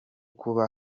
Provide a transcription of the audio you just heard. kuba